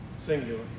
Singular